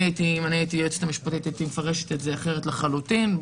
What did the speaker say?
אם הייתי היועצת המשפטית הייתי מפרשת את זה אחרת לחלוטין,